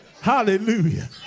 Hallelujah